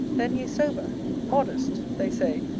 then he is sober modest they say,